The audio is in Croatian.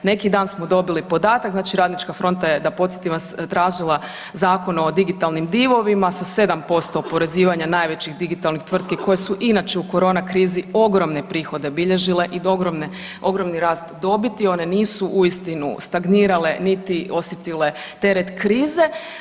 Neki dan smo dobili podatak, znači Radnička fronta je da podsjetim vas tražila Zakon o digitalnim divovima sa 7% oporezivanja najvećih digitalnih tvrtki koje su inače u korona krizi ogromne prihode bilježile i ogroman rast dobiti, one nisu uistinu stagnirale niti osjetile teret krize.